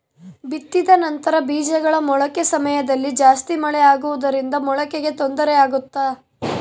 ಬಿತ್ತಿದ ನಂತರ ಬೇಜಗಳ ಮೊಳಕೆ ಸಮಯದಲ್ಲಿ ಜಾಸ್ತಿ ಮಳೆ ಆಗುವುದರಿಂದ ಮೊಳಕೆಗೆ ತೊಂದರೆ ಆಗುತ್ತಾ?